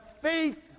faith